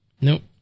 Nope